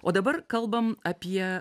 o dabar kalbam apie